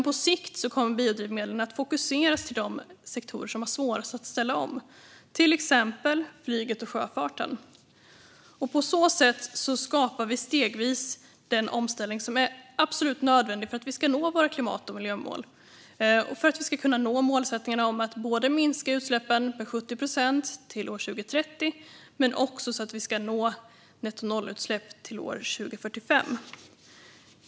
På sikt kommer dock biodrivmedlen att fokuseras till de sektorer som har svårast att ställa om, till exempelvis flyget och sjöfarten. På så sätt skapar vi stegvis den omställning som är absolut nödvändig för att vi ska nå våra klimat och miljömål och för att vi ska kunna nå målsättningarna om att både minska utsläppen med 70 procent till år 2030 och nå nettonollutsläpp till år 2045.